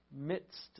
midst